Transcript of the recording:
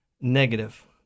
negative